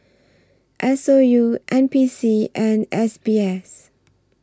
S O U N P C and S B S